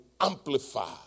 amplify